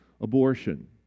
abortion